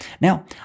Now